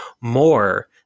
more